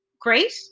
great